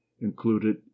included